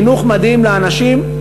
חינוך מדהים לאנשים,